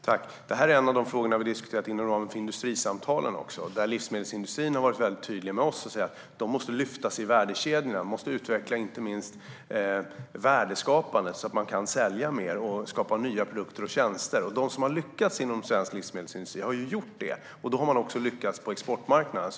Herr talman! Det här är en av de frågor vi har diskuterat inom ramen för industrisamtalen. Livsmedelsindustrin har varit väldigt tydlig mot oss och sagt att man måste lyfta sig i värdekedjorna och utveckla sitt värdeskapande så att man kan sälja mer och skapa nya produkter och tjänster. De som har lyckats inom svensk livsmedelsindustri har gjort detta, och då har man också lyckats på exportmarknaden.